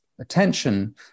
attention